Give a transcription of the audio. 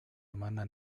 hermana